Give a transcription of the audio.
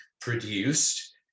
produced